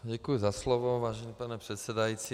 Děkuji za slovo, vážený pane předsedající.